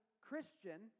Christian